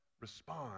respond